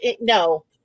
no